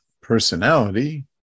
personality